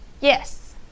Yes